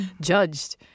judged